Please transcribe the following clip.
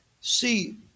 See